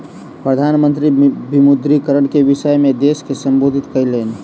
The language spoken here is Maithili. प्रधान मंत्री विमुद्रीकरण के विषय में देश के सम्बोधित कयलैन